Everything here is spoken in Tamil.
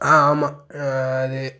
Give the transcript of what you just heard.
ஆ ஆமாம் இது